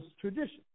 tradition